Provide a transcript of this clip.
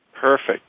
Perfect